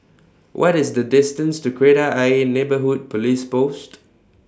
What IS The distance to Kreta Ayer Neighbourhood Police Post